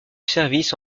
service